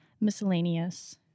Miscellaneous